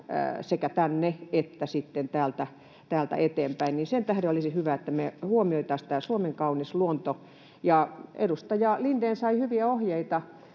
sekä tänne että sitten täältä eteenpäin. Sen tähden olisi hyvä, että me huomioitaisiin tämä Suomen kaunis luonto. Edustaja Lindén sai hyviä ohjeita